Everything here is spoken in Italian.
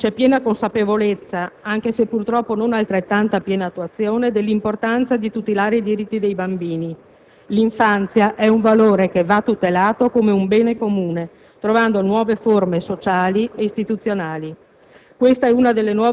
Oggi vi è piena consapevolezza - anche se, purtroppo, non altrettanta piena attuazione - dell'importanza di tutelare i diritti dei bambini. L'infanzia è un valore che va tutelato come un bene comune, trovando nuove forme sociali e istituzionali.